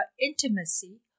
intimacy